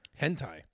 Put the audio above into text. Hentai